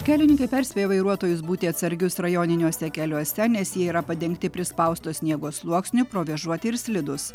kelininkai perspėja vairuotojus būti atsargius rajoniniuose keliuose nes jie yra padengti prispausto sniego sluoksniu provėžuoti ir slidūs